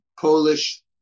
Polish